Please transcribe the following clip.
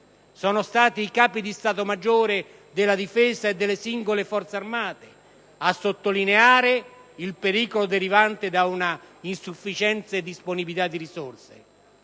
Sono stati i Capi di stato maggiore della Difesa e delle singole Forze armate a sottolineare il pericolo derivante da una insufficiente disponibilità di risorse.